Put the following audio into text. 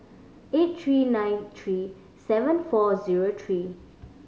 eight three nine three seven four zero three